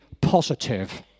positive